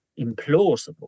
implausible